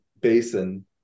basin